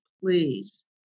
please